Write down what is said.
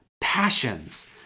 passions